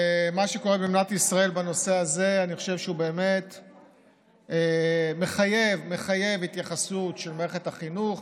מה שקורה במדינת ישראל בנושא הזה מחייב באמת התייחסות של מערכת החינוך,